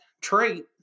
trait